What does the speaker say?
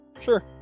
Sure